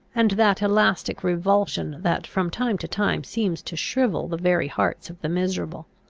and that elastic revulsion that from time to time seems to shrivel the very hearts of the miserable.